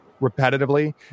repetitively